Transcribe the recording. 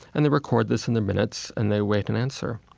and they record this in their minutes, and they await an answer.